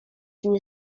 nie